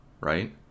right